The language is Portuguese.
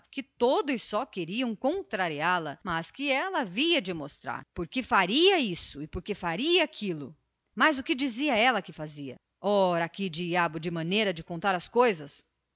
que todos só queriam contrariá-la e porque faria isto e porque faria aquilo mas o que dizia ela que faria ora que diabo de maneira tem você de contar as coisas